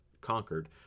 conquered